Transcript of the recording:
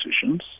decisions